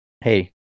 hey